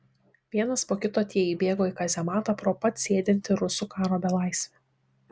vienas po kito tie įbėgo į kazematą pro pat sėdintį rusų karo belaisvį